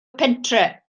pentre